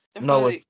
No